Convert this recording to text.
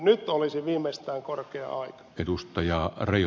nyt olisi viimeistään korkea aika